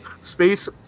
space